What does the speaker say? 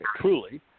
truly